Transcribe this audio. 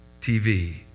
TV